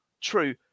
True